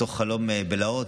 מתוך חלום בלהות,